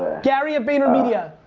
gary vaynermedia.